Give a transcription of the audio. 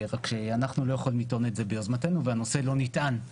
רק שאנחנו לא יכולים לטעון את זה ביוזמתנו והנושא לא נטען,